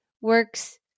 works